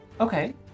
okay